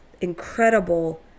incredible